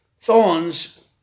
thorns